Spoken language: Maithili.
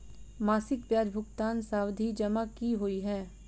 मासिक ब्याज भुगतान सावधि जमा की होइ है?